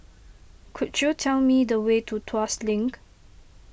could you tell me the way to Tuas Link